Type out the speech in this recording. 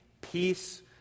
peace